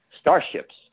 starships